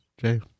Jay